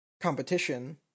competition